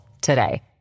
today